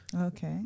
Okay